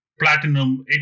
platinum